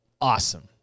awesome